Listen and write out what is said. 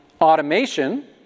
automation